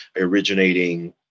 originating